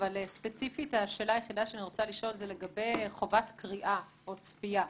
אבל ספציפית השאלה היחידה שאני רוצה לשאול זה לגבי חובת קריאה או צפייה,